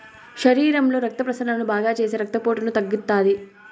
శరీరంలో రక్త ప్రసరణను బాగాచేసి రక్తపోటును తగ్గిత్తాది